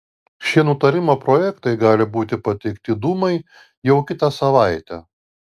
šie nutarimo projektai gali būti pateikti dūmai jau kitą savaitę